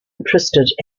interested